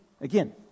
Again